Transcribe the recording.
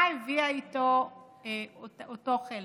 מה הביא איתו אותו חלק?